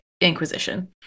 Inquisition